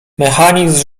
mechanizm